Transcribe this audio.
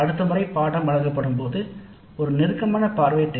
அடுத்த முறை பாடநெறி வழங்கப்படும்போது இதில் ஒரு நெருக்கமான பார்வை தேவை